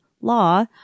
law